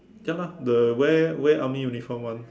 ya lah the wear wear army uniform [one]